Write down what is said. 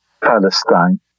Palestine